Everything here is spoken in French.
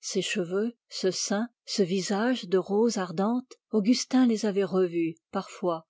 ces cheveux ce sein ce visage de rose ardente augustin les avait revus parfois